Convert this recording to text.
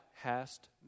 hast